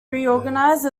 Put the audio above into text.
reorganised